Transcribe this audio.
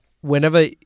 whenever